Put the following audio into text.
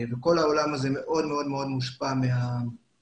כל העולם הזה מאוד מאוד מושפע מהקורונה.